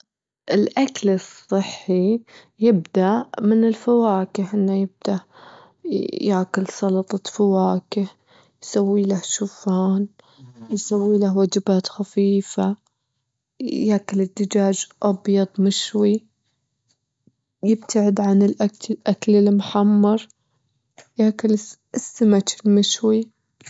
الأكل الصحي يبدأ من الفواكه، إنه يبدأ ياكل سلطة فواكه، يسوي له شوفان يسوي له وجبات خفيفة، ياكل الدجاج أبيض مشوي، يبتعد عن الأتشل- الأكل المحمر، ياكل السمتش مشوي.